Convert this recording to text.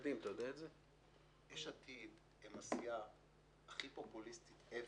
יש עתיד זו הסיעה הכי פופוליסטית ever